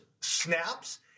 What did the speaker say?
snaps